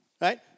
Right